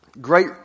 great